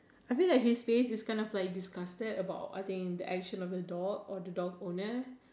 I think like his face is kind of like disgusted about I think the action of the dog or the dog owner